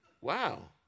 Wow